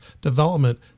development